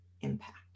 impact